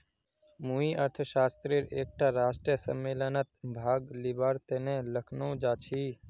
मुई अर्थशास्त्रेर एकटा राष्ट्रीय सम्मेलनत भाग लिबार तने लखनऊ जाछी